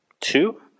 Two